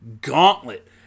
gauntlet